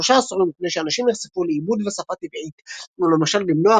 ושלושה עשורים לפני שאנשים נחשפו לעיבוד שפה טבעית כמו למשל במנוע